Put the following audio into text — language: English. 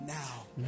now